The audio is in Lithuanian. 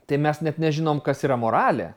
tai mes net nežinom kas yra moralė